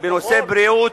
בנושא בריאות,